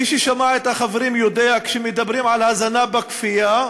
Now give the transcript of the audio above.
מי ששמע את החברים יודע: כשמדברים על הזנה בכפייה,